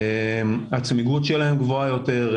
הצמיגות שלהם גבוהה יותר,